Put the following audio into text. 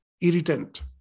irritant